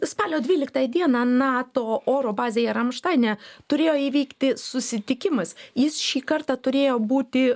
spalio dvyliktą dieną nato oro bazėje ramštaine turėjo įvykti susitikimas jis šį kartą turėjo būti